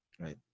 Right